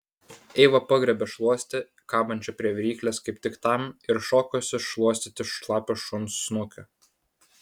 eiva pagriebė šluostę kabančią prie viryklės kaip tik tam ir šokosi šluostyti šlapio šuns snukio